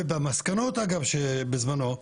ובמסקנות אגב בזמנו,